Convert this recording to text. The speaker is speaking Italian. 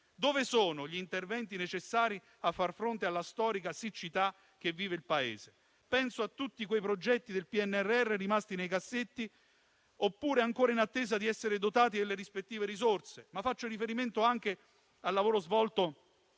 Dove sono gli interventi necessari per far fronte alla storica siccità che vive il Paese? Penso a tutti quei progetti del PNRR rimasti nei cassetti oppure ancora in attesa di essere dotati delle rispettive risorse. Ma faccio riferimento anche al lavoro svolto